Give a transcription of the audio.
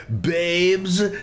babes